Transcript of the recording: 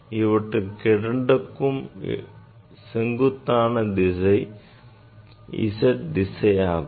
இவை இரண்டுக்கும் செங்குத்தான திசை z திசையாகும்